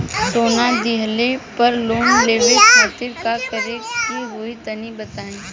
सोना दिहले पर लोन लेवे खातिर का करे क होई तनि बताई?